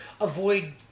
avoid